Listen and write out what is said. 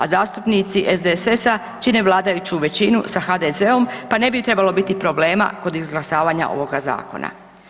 A zastupnici SDSS-a čine vladajuću većinu sa HDZ-om pa ne bi trebalo biti problema kod izglasavanja ovoga zakona.